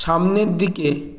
সামনের দিকে